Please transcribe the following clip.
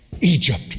Egypt